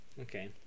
Okay